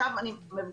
עכשיו אני מבקשת,